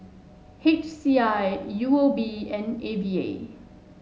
H C I U O B and A V A